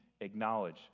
acknowledge